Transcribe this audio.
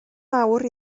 mawr